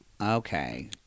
Okay